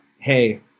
hey